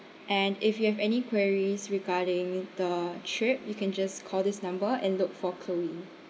and if you have any queries regarding the trip you can just call this number and look for chloe